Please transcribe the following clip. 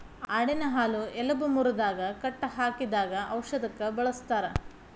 ಆಡಿನ ಹಾಲು ಎಲಬ ಮುರದಾಗ ಕಟ್ಟ ಹಾಕಿದಾಗ ಔಷದಕ್ಕ ಬಳಸ್ತಾರ